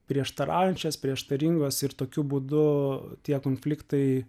prieštaraujančios prieštaringos ir tokiu būdu tie konfliktai